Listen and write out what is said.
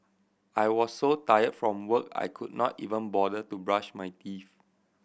I was so tired from work I could not even bother to brush my teeth